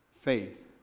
faith